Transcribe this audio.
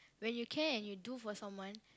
when you care and you do for someone